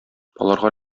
аларга